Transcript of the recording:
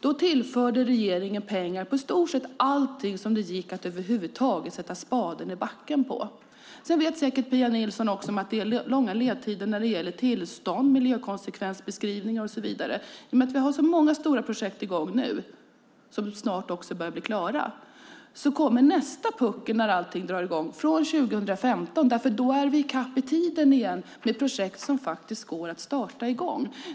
Då tillförde regeringen pengar till i stort sett allting som det gick att över huvud taget sätta spaden i backen för. Pia Nilsson vet säkert också att det är långa ledtider när det gäller tillstånd, miljökonsekvensbeskrivningar och så vidare. I och med att vi nu har många stora projekt i gång som snart är klara kommer nästa puckel när allting drar i gång från 2015, för då är vi i kapp i tiden igen med projekt som går att starta.